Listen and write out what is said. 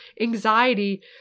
anxiety